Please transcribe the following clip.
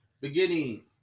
Beginning